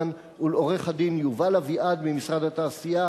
ולעורך-הדין יובל אביעד ממשרד התעשייה,